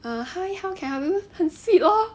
err hi how can I help you 很 sweet hor